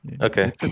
Okay